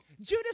Judas